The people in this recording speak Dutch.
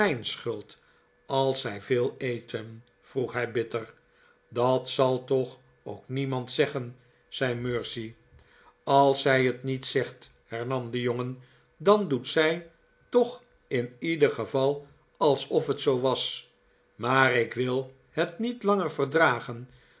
als zij veel eten vroeg hij bitter dat zal toch ook niemand zeggen zei mercy als zij het niet zegt hernam de jongen dan doet zij toch in ieder geval alsof het zoo was maar ik wil het niet langer verdragen